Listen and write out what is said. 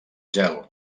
gel